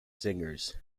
singers